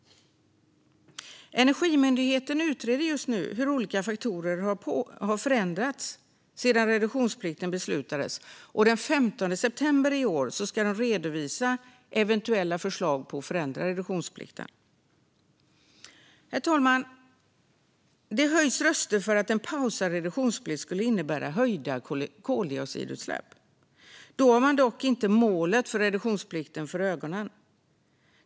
Energimyndigheten utreder just nu hur olika faktorer har förändrats sedan reduktionsplikten beslutades, och den 15 september i år ska de redovisa eventuella förslag om att förändra reduktionsplikten. Herr talman! Det höjs röster för att en pausad reduktionsplikt skulle innebära höjda koldioxidutsläpp. Då har man dock inte målet för reduktionsplikten för ögonen.